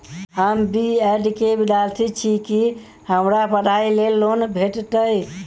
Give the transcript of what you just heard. हम B Ed केँ विद्यार्थी छी, की हमरा पढ़ाई लेल लोन भेटतय?